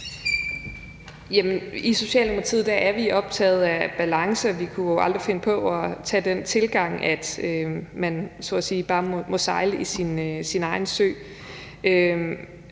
I Socialdemokratiet er vi optaget af balance, og vi kunne aldrig finde på at have den tilgang, at man så at sige bare må sejle sin egen sø.